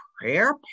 prayer